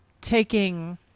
taking